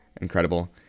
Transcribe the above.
Incredible